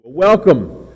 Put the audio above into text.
Welcome